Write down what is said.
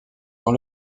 dans